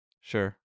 Sure